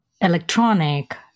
electronic